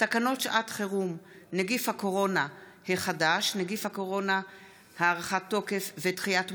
תקנות שעת חירום (נגיף הקורונה החדש) (הארכת תוקף ודחיית מועדים),